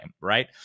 right